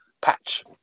patch